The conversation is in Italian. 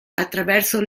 attraverso